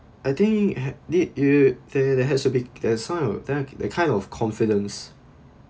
I think ha~ did you that that has to be there some that that kind of confidence